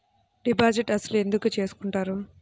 Deposit అసలు ఎందుకు చేసుకుంటారు?